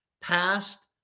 past